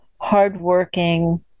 hardworking